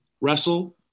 wrestle